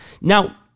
Now